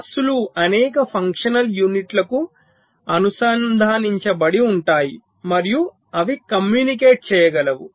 బస్సులు అనేక ఫంక్షనల్ యూనిట్లకు అనుసంధానించబడి ఉంటాయి మరియు అవి కమ్యూనికేట్ చేయగలవు